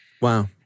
Wow